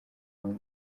umwe